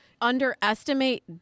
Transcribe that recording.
underestimate